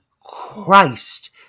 Christ